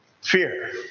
Fear